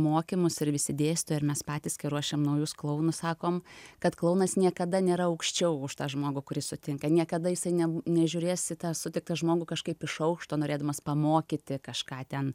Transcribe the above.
mokymus ir visi dėstė ir mes patys ruošiam naujus klounus sakom kad klounas niekada nėra aukščiau už tą žmogų kuris sutinka niekada jisai nežiūrės į tą sutiktą žmogų kažkaip iš aukšto norėdamas pamokyti kažką ten